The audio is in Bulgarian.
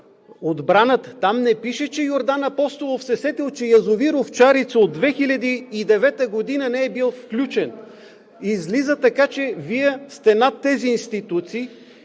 отбраната. Там не пише, че Йордан Апостолов се е сетил, че язовир „Овчарица“ от 2009 г. не е бил включен. Излиза така, че Вие сте над тези институции